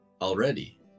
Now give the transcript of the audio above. Already